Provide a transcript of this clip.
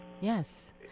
yes